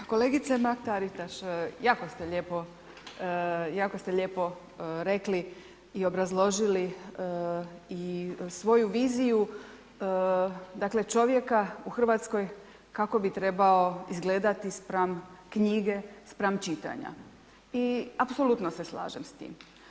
Kolegice Mrak Taritaš, jako ste lijepo rekli i obrazložili i svoju viziju, dakle, čovjeka u RH kako bi trebao izgledati spram knjige, spram čitanja i apsolutno se slažem s tim.